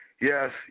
yes